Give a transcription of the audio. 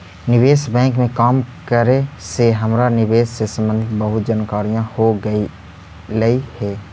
निवेश बैंक में काम करे से हमरा निवेश से संबंधित बहुत जानकारियाँ हो गईलई हे